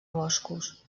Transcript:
boscos